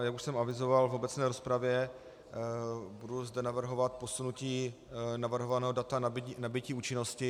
Jak už jsem avizoval v obecné rozpravě, budu zde navrhovat posunutí navrhovaného data nabytí účinnosti.